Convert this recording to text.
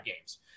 games